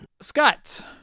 Scott